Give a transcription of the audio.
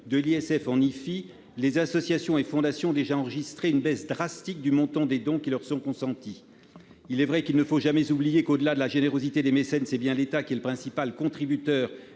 immobilière -, les associations et fondations ont déjà enregistré une baisse drastique du montant des dons qui leur sont consentis. Certes, il ne faut jamais oublier que, au-delà de la générosité des mécènes, l'État est bien le principal contributeur